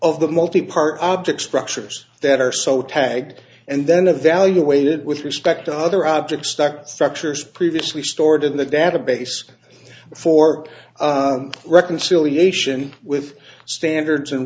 of the multipart object structures that are so tagged and then evaluate it with respect to other objects stuck structures previously stored in the database for reconciliation with standards and